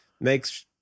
makes